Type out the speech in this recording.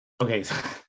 Okay